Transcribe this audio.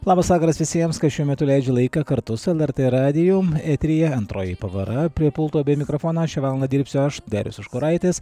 labas vakaras visiems kas šiuo metu leidžia laiką kartu su lrt radiju eteryje antroji pavara prie pulto bei mikrofono šią valandą dirbsiu aš darius užkuraitis